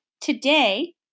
Today